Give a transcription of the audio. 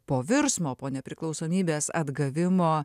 po virsmo po nepriklausomybės atgavimo